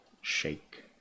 shake